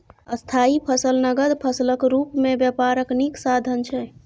स्थायी फसल नगद फसलक रुप मे बेपारक नीक साधन छै